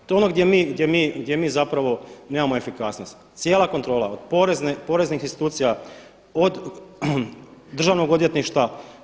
To je ono gdje mi zapravo nemamo efikasnosti, cijela kontrola od porezne, poreznih institucija, od Državnog odvjetništva.